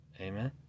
Amen